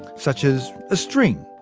such as a string,